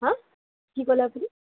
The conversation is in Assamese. হাঁ কি ক'লে আপুনি